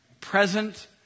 Present